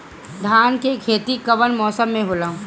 धान के खेती कवन मौसम में होला?